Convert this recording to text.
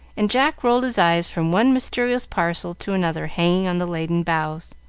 and jack rolled his eyes from one mysterious parcel to another hanging on the laden boughs.